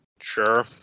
Sure